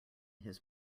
his